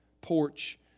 porch